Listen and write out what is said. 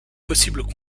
possible